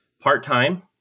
part-time